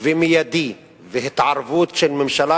ומיידי והתערבות של ממשלה,